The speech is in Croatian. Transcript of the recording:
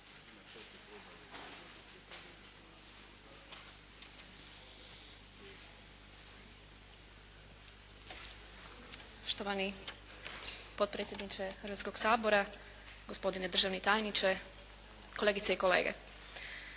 Poštovani potpredsjedniče Hrvatskog sabora, gospodine državni tajniče, kolegice i kolege.